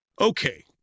Okay